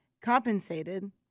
compensated